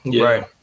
right